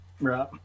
Right